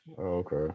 Okay